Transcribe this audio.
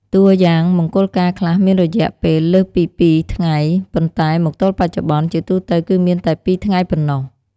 តួយ៉ាង មង្គលការខ្លះមានរយៈពេលលើសពីពីរថ្ងៃ ប៉ុន្តែមកទល់បច្ចុប្បន្ន ជាទូទៅគឺមានតែពីរថ្ងៃប៉ុណ្ណោះ។